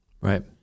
right